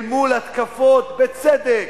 אל מול התקפות, בצדק,